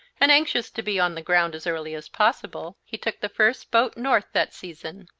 and, anxious to be on the ground as early as possible, he took the first boat north that season.